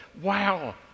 wow